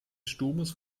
sturmes